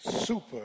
super